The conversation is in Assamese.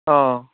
অঁ